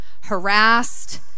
harassed